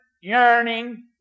yearning